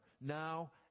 now